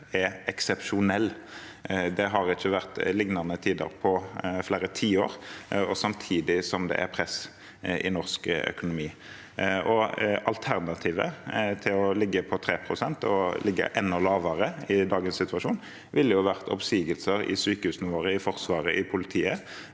er eksepsjonell. Det har ikke vært lignende tider på flere tiår, samtidig som det er press i norsk økonomi. Alternativet til å ligge på 3 pst., å ligge enda lavere, i dagens situasjon ville vært oppsigelser i sykehusene våre, i Forsvaret og i politiet.